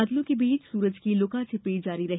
बादलों के बीच सुरज की लुकाछिपी जारी है